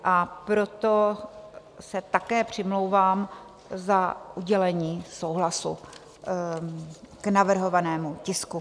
A proto se také přimlouvám za udělení souhlasu k navrhovanému tisku.